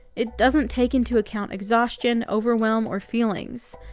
it doesn't take into account exhaustion, overwhelm, or feelings.